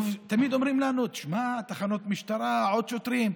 תמיד אומרים לנו: תשמע, תחנות משטרה, עוד שוטרים.